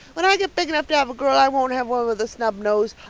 when i get big enough to have a girl i won't have one with a snub nose.